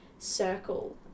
circle